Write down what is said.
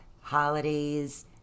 holidays